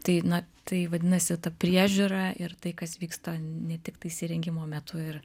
tai na tai vadinasi ta priežiūra ir tai kas vyksta ne tiktais įrengimo metu ir